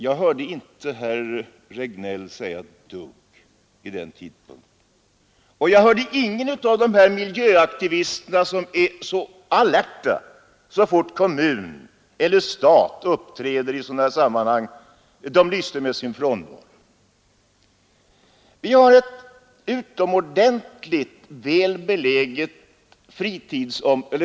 Jag hörde inte herr Regnéll säga ett dugg vid den tidpunkten. Jag hörde ingen av de miljöaktivister, som är så alerta så snart kommunen eller staten uppträder i sådana sammanhang, protestera. De lyste med sin frånvaro.